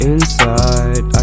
Inside